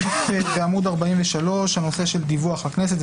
בעמוד 43 הנושא של דיווח לכנסת,